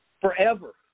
Forever